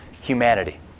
humanity